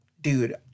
dude